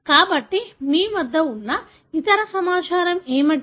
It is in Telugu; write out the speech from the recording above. కాబట్టి మీ వద్ద ఉన్న ఇతర సమాచారం ఏమిటి